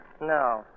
No